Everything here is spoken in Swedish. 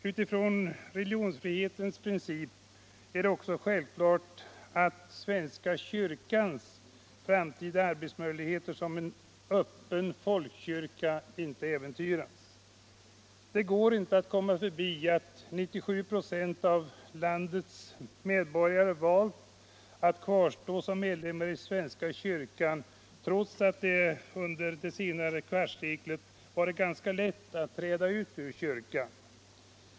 Utifrån religionsfrihetens princip är det också självklart att svenska kyrkans framtida arbetsmöjligheter som en öppen folkkyrka inte äventyras. Det går inte att komma förbi att ca 97 96 av landets medborgare valt att kvarstå som medlemmar i svenska kyrkan, trots att det sedan snart ett kvarts sekel varit ganska lätt att träda ut ur denna.